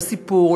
לסיפור,